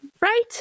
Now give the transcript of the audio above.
Right